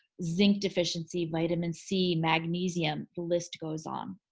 zinc deficiency, vitamin c, magnesium, the list goes on.